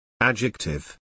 Adjective